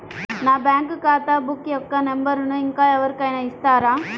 నా బ్యాంక్ ఖాతా బుక్ యొక్క నంబరును ఇంకా ఎవరి కైనా ఇస్తారా?